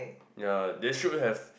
ya they should have